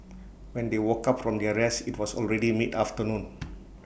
when they woke up from their rest IT was already midafternoon